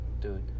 dude